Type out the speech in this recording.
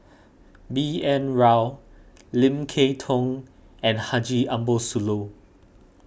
B N Rao Lim Kay Tong and Haji Ambo Sooloh